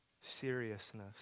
seriousness